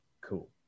cool